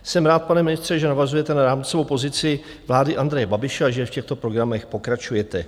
Jsem rád, pane ministře, že navazujete na rámcovou pozici vlády Andreje Babiše a že v těchto programech pokračujete.